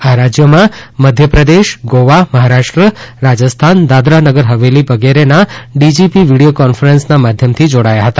આ રાજ્યોમાં મધ્યપ્રદેશ ગોવા મહારાષ્ટ્ર રાજસ્થાન કેન્ શાસિત પ્રદેશ દાદરા નગર હવેલી વગેરેના ડીજીપી વિડિયો કોન્ફરન્સના માધ્યમથી જોડાયા હતા